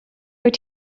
rwyt